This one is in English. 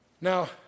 Now